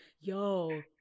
yo